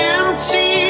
empty